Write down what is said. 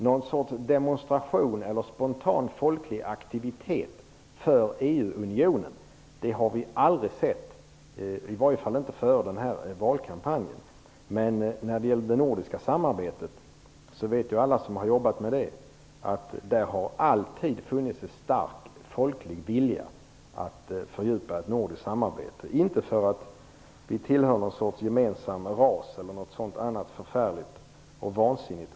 Någon sorts demonstration eller spontan folklig aktivitet för Europeiska unionen har vi aldrig sett - i varje fall inte innan den här valkampanjen. Alla som har jobbat med det nordiska samarbetet vet att det alltid har funnits en stark folklig vilja att fördjupa ett nordiskt samarbete. Det är inte för att vi skulle tillhöra någon sorts gemensam ras eller något annat sådant förfärligt och vansinnigt.